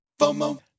FOMO